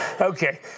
Okay